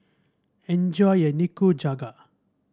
enjoy your Nikujaga